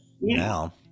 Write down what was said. now